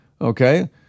Okay